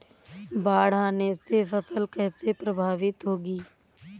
बाढ़ आने से फसल कैसे प्रभावित होगी?